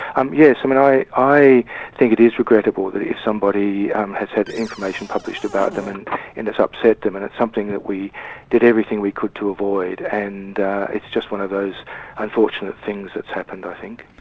um yes, i mean, i i think it is regrettable if somebody has had information published about them and and it's upset them. and it's something that we did everything we could to avoid and it's just one of those unfortunate things that's happened i think.